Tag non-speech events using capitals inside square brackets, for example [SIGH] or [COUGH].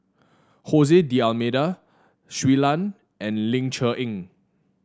[UNINTELLIGIBLE] D'Almeida Shui Lan and Ling Cher Eng